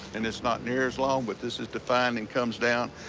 and it's not near as long. but this is defined and comes down,